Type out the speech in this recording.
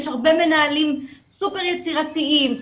יש הרבה מנהלים סופר יצירתיים,